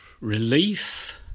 relief